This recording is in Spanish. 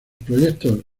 proyectos